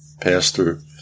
pastor